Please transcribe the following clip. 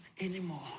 anymore